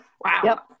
Wow